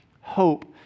hope